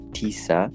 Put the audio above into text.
tisa